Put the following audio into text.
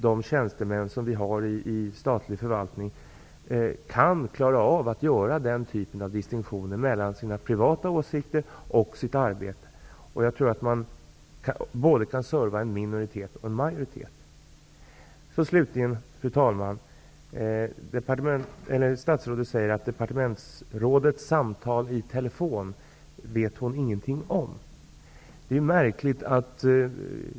De tjänstemän som finns inom statlig förvaltning kan nog klara av att göra distinktion mellan sina privata åsikter och sitt arbete och att serva både en minoritet och en majoritet. Fru talman! Statsrådet sade att hon inte vet någonting om departementsrådets samtal i telefon.